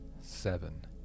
seven